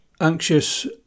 anxious